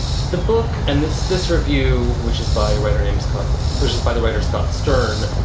the book and this this review, which is by a writer named scott bushist by the writer scott stern,